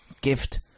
Gift